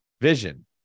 vision